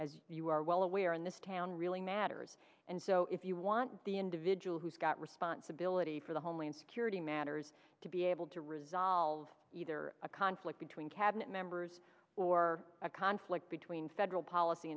as you are well aware in this town really matters and so if you want the individual who's got responsibility for the homeland security matters to be able to resolve either a conflict between cabinet members or a conflict between federal policy